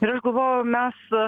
ir aš galvoju mes